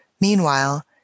Meanwhile